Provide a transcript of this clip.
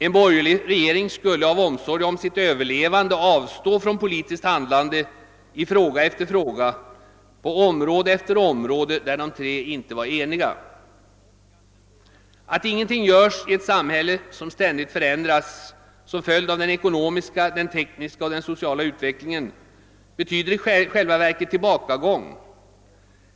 En borgerlig regering skulle av omsorg om sitt eget överlevande avstå från politiskt handlande i fråga efter fråga, på område efter område, där de tre inte var eniga. Att ingenting göra i ett samhälle som ständigt förändras som följd av den ekonomiska, den tekniska och den sociala utvecklingen betyder i själva verket tillbakagång.